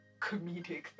comedic